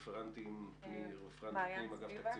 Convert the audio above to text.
רפרנטית פנים אגף תקציבים.